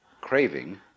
craving